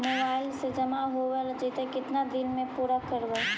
Mobile से जामा हो जैतय, केतना दिन में पुरा करबैय?